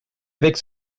avec